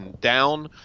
down